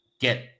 get